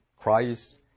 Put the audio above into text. Christ